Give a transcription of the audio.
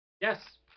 Yes